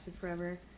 forever